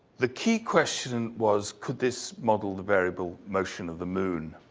the key question was could this model the variable motion of the moon?